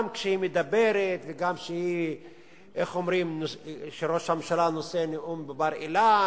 גם כשהיא מדברת וגם כשראש הממשלה נושא נאום בבר-אילן,